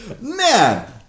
Man